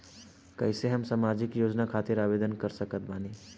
कैसे हम सामाजिक योजना खातिर आवेदन कर सकत बानी?